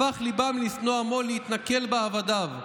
הפך לבם לשנא עמו להתנכל בעבדיו.